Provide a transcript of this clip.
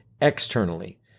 externally